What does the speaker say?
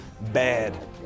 bad